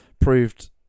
proved